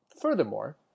Furthermore